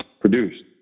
produced